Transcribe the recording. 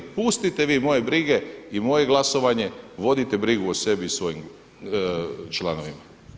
Pustite vi moje brige i moje glasovanje, vodite brigu o sebi i svojim članovima.